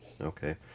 okay